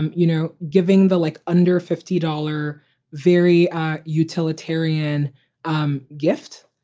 and you know, giving the like under fifty dollar very utilitarian um gift.